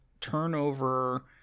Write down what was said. turnover